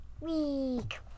week